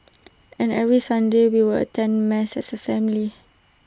and every Sunday we would attend mass as A family